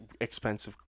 expensive